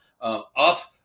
up